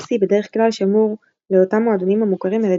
MC בדרך כלל שמור לאותם מועדונים המוכרים על ידי